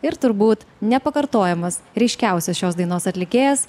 ir turbūt nepakartojamas ryškiausias šios dainos atlikėjas